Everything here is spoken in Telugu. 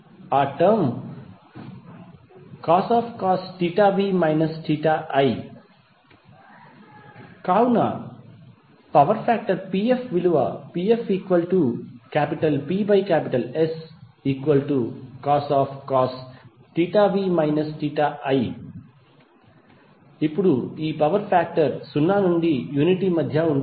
ఆ పదంcos v i కావున pfPScos v i ఇప్పుడు ఈ పవర్ ఫాక్టర్ 0 నుండి యూనిటీ మధ్య ఉంటుంది